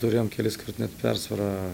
turėjom keliskart net persvarą